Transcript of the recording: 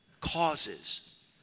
causes